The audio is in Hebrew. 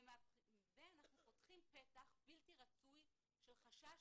ואנחנו פותחים פתח בלתי רצוי של חשש